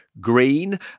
green